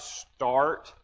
start